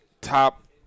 top